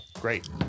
great